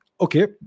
Okay